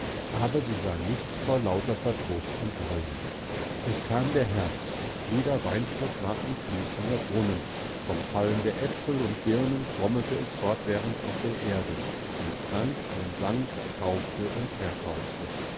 aber sie sah nichts vor lauter verdruß und reue es kam der herbst jeder weinstock war ein fließender brunnen vom fallen der äpfel und birnen trommelte es fortwährend auf der erde man trank man sang kaufte und verkaufte